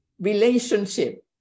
relationship